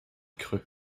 creux